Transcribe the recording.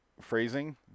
phrasing